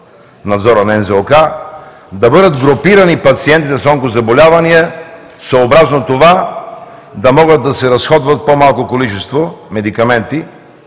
Надзора на НЗОК, да бъдат групирани пациентите с онкозаболявания съобразно това, да могат да се разходват по-малко количество медикаменти